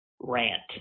rant